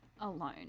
alone